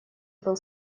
был